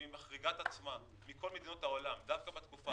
אם היא מחריגה את עצמה מכל מדינות העולם דווקא בתקופה